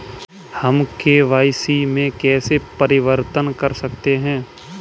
हम के.वाई.सी में कैसे परिवर्तन कर सकते हैं?